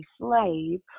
slave